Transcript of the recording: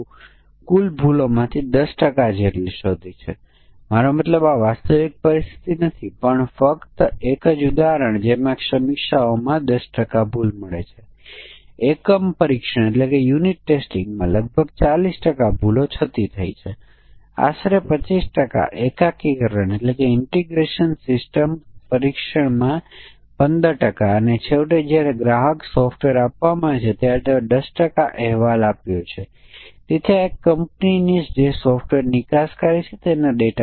અને મજબૂત પરીક્ષણમાં આપણે એક મૂલ્ય આપ્યું હતું જે ખરેખર માન્ય મૂલ્ય નથી અમાન્ય મૂલ્ય છે શું પ્રોગ્રામર તેને નિયંત્રિત કરે છે શું તેને એવી અપેક્ષા હતી કે આવા મૂલ્યો આપી શકાય શું તેણે કોઈ માહિતીપ્રદ સંદેશ આપ્યો કે મૂલ્ય માન્ય નથી અને કૃપા કરીને માન્ય મૂલ્ય દાખલ કરો અને તેમાં થોડીક પુન પ્રાપ્તિ છે અથવા પ્રોગ્રામરે બધી ક્રિયાઓનું પુનરાવર્તન કરવું પડશે